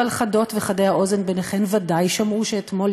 אבל חדות וחדי האוזן ביניכן ודאי שמעו שאתמול